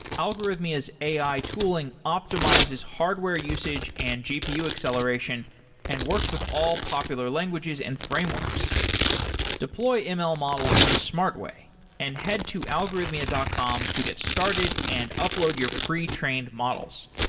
algorithmia's ai tooling optimizes hardware usage and gpu acceleration and works with all popular languages and frameworks deploy ah ml models the smart way and head to algorithmia dot com to get started and upload your pre-trained models.